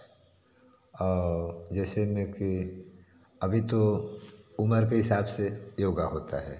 औ जैसे में कि अभी तो उम्र के हिसाब से योग होता है